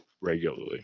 regularly